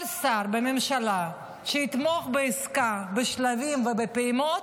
כל שר בממשלה שייתמוך בעסקה בשלבים ובפעימות,